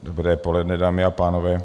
Dobré poledne, dámy a pánové.